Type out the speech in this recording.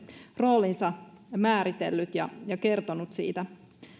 roolinsa määritellyt ja ja kertonut siitä